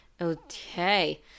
Okay